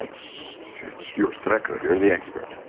it's it's your record. you're the expert.